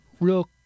real